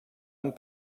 amb